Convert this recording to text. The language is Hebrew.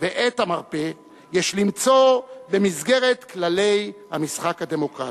יש למצוא במסגרת כללי המשחק הדמוקרטי.